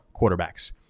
quarterbacks